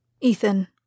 Ethan